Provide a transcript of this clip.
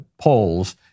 polls